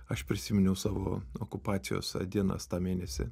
aš prisiminiau savo okupacijos dienas tą mėnesį